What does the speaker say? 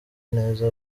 neza